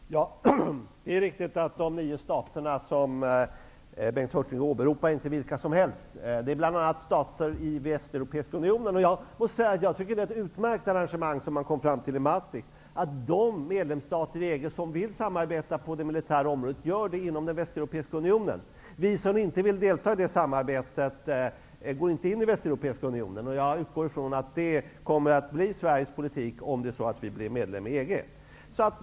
Herr talman! Det är riktigt att de nio staterna som Bengt Hurtig åberopar inte är vilka som helst. Det är bl.a. stater i Västeuropeiska unionen. Jag tycker att man kom fram till ett utmärkt arrangemang i Maastricht. De medlemsstater i EG som vill samarbeta på det militära området kan göra det inom den Västeuropeiska unionen. Vi som inte vill delta i det samarbetet går inte in i den Västeuropeiska unionen. Jag utgår ifrån att det kommer att bli Sveriges politik om vi går med i EG.